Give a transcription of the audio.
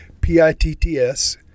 P-I-T-T-S